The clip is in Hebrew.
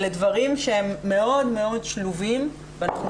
אלה דברים שהם מאוד מאוד שלובים ואנחנו